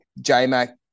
J-Mac